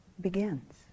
begins